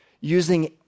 using